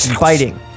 biting